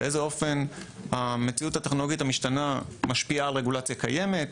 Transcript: באיזה אופן המציאות הטכנולוגית המשתנה משפיעה על רגולציה קיימת,